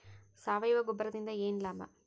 ಸಾವಯವ ಗೊಬ್ಬರದಿಂದ ಏನ್ ಲಾಭ?